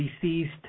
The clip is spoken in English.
deceased